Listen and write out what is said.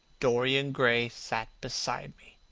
dorian gray sat beside me.